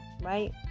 right